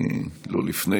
לא לפני,